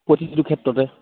প্ৰতিটো ক্ষেত্ৰতে